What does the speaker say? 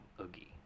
oogie